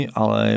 ale